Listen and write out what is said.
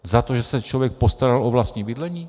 Za to, že se člověk postaral o vlastní bydlení?